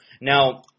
Now